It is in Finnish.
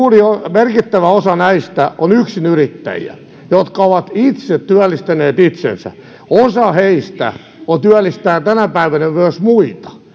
merkittävä osa näistä on yksinyrittäjiä jotka ovat itse työllistäneet itsensä osa heistä työllistää tänä päivänä myös muita